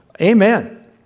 Amen